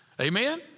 Amen